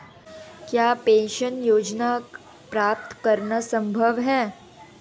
क्या पेंशन योजना प्राप्त करना संभव है?